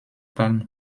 palme